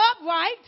upright